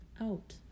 out